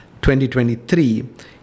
2023